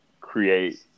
create